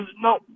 no